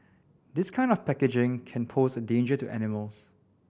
this kind of packaging can pose a danger to animals